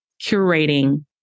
curating